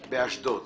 באשדוד.